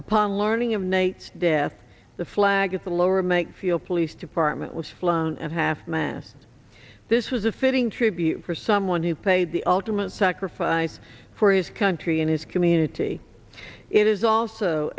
upon learning of nate's death the flag at the lower make feel police department was flown at half mast this was a fitting tribute for someone who paid the ultimate sacrifice for his country and his community it is also